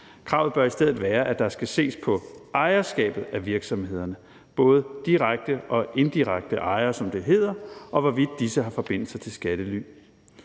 Kravet bør i stedet for være, at der skal ses på ejerskabet af virksomhederne, altså på både direkte og indirekte ejere, som det hedder, og hvorvidt disse har forbindelser til skattely.